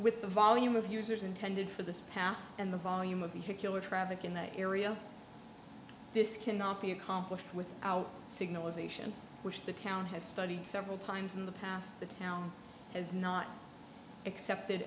with the volume of users intended for this path and the volume of the hit killer traffic in the area this cannot be accomplished with our signal as ation which the town has studied several times in the past the town has not accepted